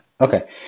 Okay